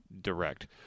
direct